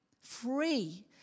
free